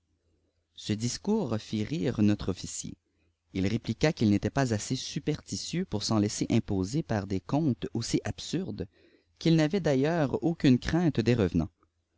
ce discours fit rire notre officier il répliqua qu'il n'était pas assez superstitieux pour s'en aisser imposer par dqj contes aussi absurdes qu'il n'avait d'ailleurs aucune crainte des revenants